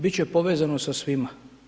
Bit će povezano sa svima.